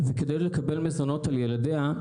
וכדי לקבל מזונות על ילדיה,